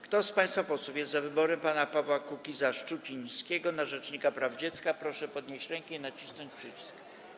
Kto z państwa posłów jest za wyborem pana Pawła Kukiza-Szczucińskiego na rzecznika praw dziecka, proszę podnieść rękę i nacisnąć przycisk.